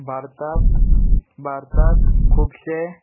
भारतांत भारतांत खुबशे